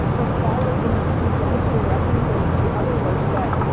but follow these tangential references to other works that,